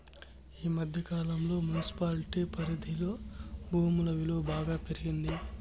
ఈ మధ్య కాలంలో మున్సిపాలిటీ పరిధిలోని భూముల విలువ బాగా పెరిగింది